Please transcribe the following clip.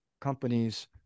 companies